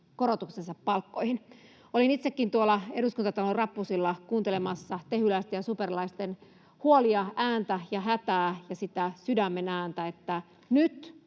korotuksensa palkkoihin. Olin itsekin tuolla Eduskuntatalon rappusilla kuuntelemassa tehyläisten ja superlaisten huolia, ääntä ja hätää ja sitä sydämen ääntä, että nyt